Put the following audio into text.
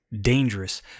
dangerous